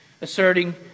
asserting